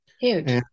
Huge